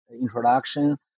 introduction